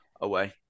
away